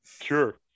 Sure